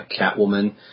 Catwoman